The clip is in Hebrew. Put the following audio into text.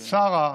שׂרה,